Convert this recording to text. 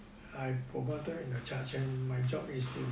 I for promoted into the charge hand my job is to